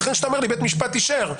כשאתה אומר לי בית משפט אישר,